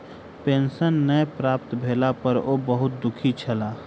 pension नै प्राप्त भेला पर ओ बहुत दुःखी छला